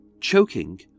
choking